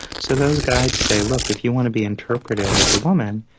so those guides say, look, if you want to be interpreted as a woman,